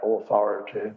authority